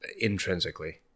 intrinsically